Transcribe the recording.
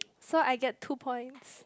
so get two points